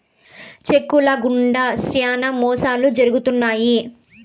check ల గుండా శ్యానా మోసాలు జరుగుతున్నాయి